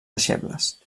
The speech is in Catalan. deixebles